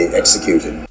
executed